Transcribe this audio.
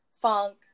funk